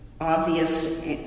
obvious